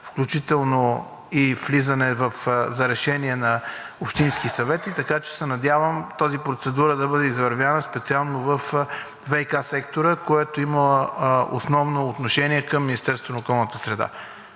включително и влизане за решение на Общински съвет и се надявам тази процедура да бъде извървяна, специално във ВиК сектора, който има основно отношение към Министерството на околната среда.